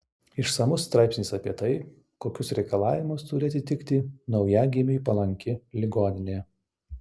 išsamus straipsnis apie tai kokius reikalavimus turi atitikti naujagimiui palanki ligoninė